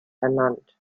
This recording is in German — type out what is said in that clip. ernannt